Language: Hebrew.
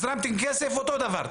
הזרמתם כסף אותו דבר,